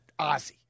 Ozzy